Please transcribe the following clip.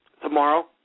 tomorrow